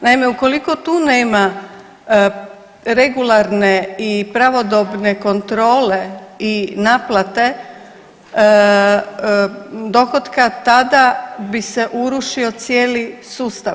Naime, ukoliko tu nema regularne i pravodobne kontrole i naplate dohotka tada bi se urušio cijeli sustav.